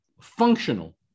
functional